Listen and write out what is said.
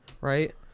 right